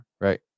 right